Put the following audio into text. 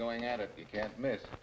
going at it you can't miss